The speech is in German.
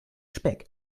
speck